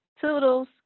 Toodles